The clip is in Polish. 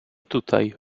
tutaj